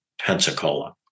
Pensacola